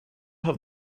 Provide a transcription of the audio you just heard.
have